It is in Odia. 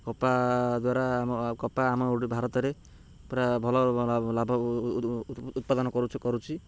କପା ଦ୍ୱାରା ଆମ କପା ଆମ ଗୋଟେ ଭାରତ ରେ ପୁରା ଭଲ ଲାଭ ଉତ୍ପାଦନ କରୁଛି କରୁଛି